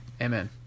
amen